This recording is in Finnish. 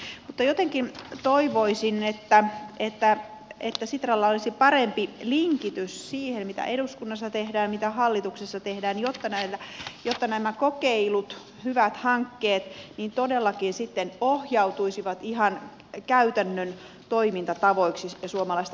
mutta jotenkin toivoisin että sitralla olisi parempi linkitys siihen mitä eduskunnassa tehdään mitä hallituksessa tehdään jotta nämä kokeilut hyvät hankkeet todellakin sitten ohjautuisivat ihan käytännön toimintatavoiksi suomalaista